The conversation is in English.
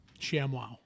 ShamWow